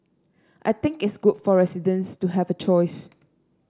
I think it's good for residents to have a choice